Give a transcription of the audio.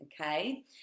Okay